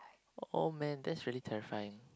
oh man that's really terrifying